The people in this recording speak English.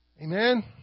Amen